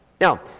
Now